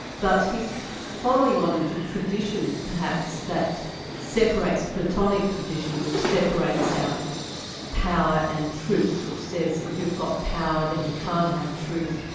but he's following on a tradition perhaps, that separates platonic tradition which separates out power and truth, which says if you've got power, then you can't have truth,